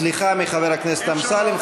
סליחה מחבר הכנסת אמסלם.